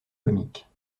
comiques